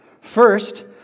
First